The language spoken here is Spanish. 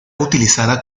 utilizada